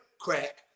crack